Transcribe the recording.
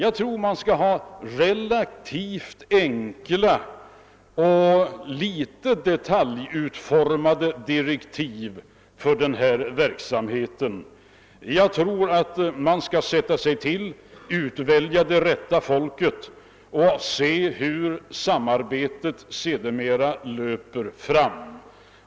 I stället skall vi nog ha relativt enkla och föga detaljutformade direktiv för denna verksamhet. Vi skall välja ut de rätta människorna och sedan se hur samarbetet löper.